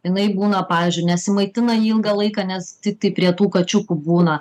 jinai būna pavyzdžiui nesimaitina ilgą laiką nes tiktai prie tų kačiukų būna